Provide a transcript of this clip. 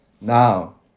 Now